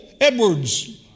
Edwards